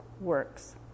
works